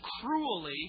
cruelly